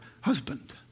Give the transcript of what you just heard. husband